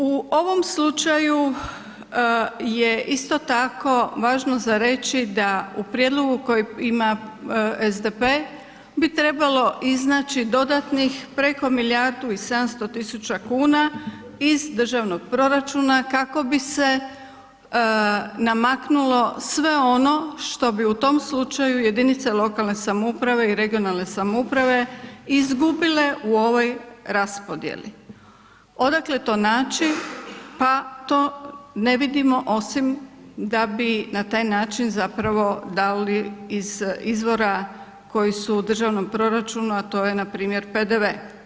U ovom slučaju je isto važno za reći da u prijedlogu koji ima SDP, bi trebalo iznaći dodatnih milijardu i 700 000 iz državnog proračuna kako bi se namaknulo sve ono što bi u tom slučaju jedinice lokalne samouprave i regionalne samouprave izgubile u ovoj raspodjeli, odakle to naći, pa to ne vidimo osim da bi na taj način zapravo dali iz izvora koji su u državnom proračunu a to je npr. PDV.